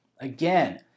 Again